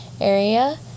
area